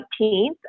19th